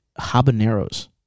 Habaneros